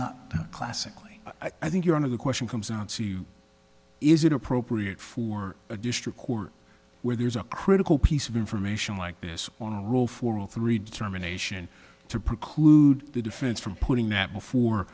not classically i think you're out of the question comes down to is it appropriate for a district court where there's a critical piece of information like this one rule for all three determination to preclude the defense from putting that for